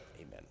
Amen